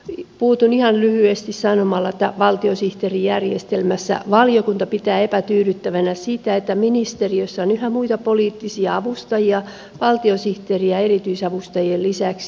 puutun ihan lyhyesti sanomalla että valtiosihteerijärjestelmässä valiokunta pitää epätyydyttävänä sitä että ministeriöissä on yhä muita poliittisia avustajia valtiosihteerien ja erityisavustajien lisäksi